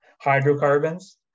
hydrocarbons